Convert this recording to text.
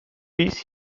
piece